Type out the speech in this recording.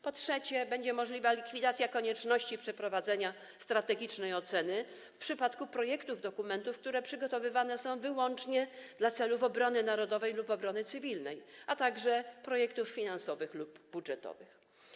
Po trzecie, będzie możliwa likwidacja konieczności przeprowadzenia strategicznej oceny w przypadku projektów dokumentów, które przygotowywane są wyłącznie do celów związanych z obroną narodową lub obroną cywilną, a także projektów finansowych lub budżetowych.